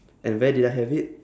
and where did I have it